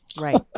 Right